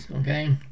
Okay